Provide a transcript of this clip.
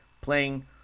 playing